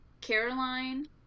Caroline